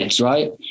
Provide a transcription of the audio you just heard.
right